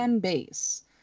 base